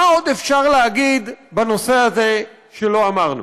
מה עוד אפשר להגיד בנושא הזה שלא אמרנו?